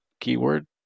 keyword